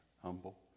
humble